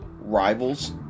rivals